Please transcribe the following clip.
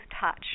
touch